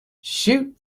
shoot